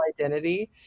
identity